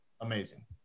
amazing